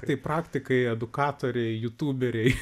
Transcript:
kaip praktikai edukatoriai jutuberiai